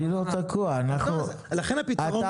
אני לא תקוע --- לכן הפיתרון --- אתה,